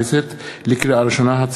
הכנסת אברהם מיכאלי, להוסיף את שמו.